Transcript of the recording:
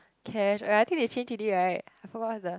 cash oh ya I think they change already right I forgot the